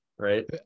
Right